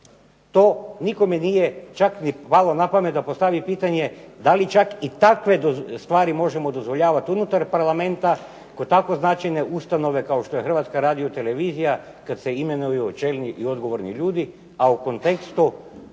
To nikome nije čak ni palo na pamet da postavi pitanje da li čak i takve stvari možemo dozvoljavat unutar Parlamenta kod tako značajne ustanove kao što je Hrvatska radiotelevizija kad se imenuju čelni i odgovorni ljudi, a u kontekstu